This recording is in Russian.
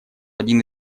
один